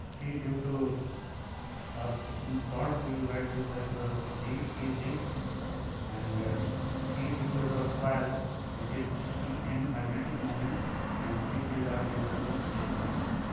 due due to or ins short we will write this as the g t g and ah t due to the coil which is t m magnetic moment and t tilde ah due to the disturbance.